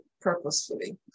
purposefully